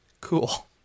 Cool